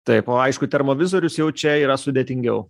taip o aišku termo vizorius jau čia yra sudėtingiau